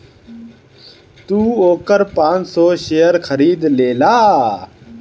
तू ओकर पाँच सौ शेयर खरीद लेला